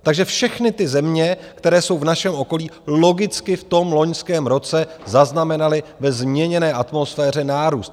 Takže všechny ty země, které jsou v našem okolí, logicky v loňském roce zaznamenaly ve změněné atmosféře nárůst.